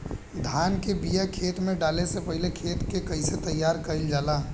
धान के बिया खेत में डाले से पहले खेत के कइसे तैयार कइल जाला?